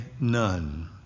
none